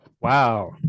Wow